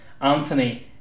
Anthony